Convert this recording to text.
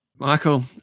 Michael